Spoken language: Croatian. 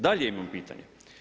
Dalje imam pitanje.